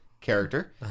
character